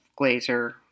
Glazer